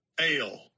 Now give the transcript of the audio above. Ale